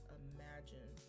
imagine